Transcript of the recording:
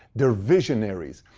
they're visionaries.